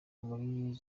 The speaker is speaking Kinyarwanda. muri